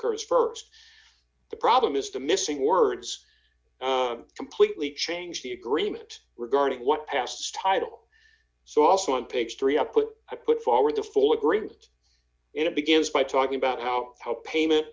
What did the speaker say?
comes st the problem is the missing words completely change the agreement regarding what past title so also on page three i put i put forward the full agreement and it begins by talking about how the payment